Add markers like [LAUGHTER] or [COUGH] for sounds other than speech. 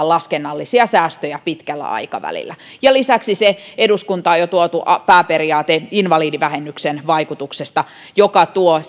[UNINTELLIGIBLE] laskennallisia säästöjä pitkällä aikavälillä ja lisäksi se eduskuntaan jo tuotu pääperiaate invalidivähennyksen poiston vaikutuksesta joka tuo [UNINTELLIGIBLE]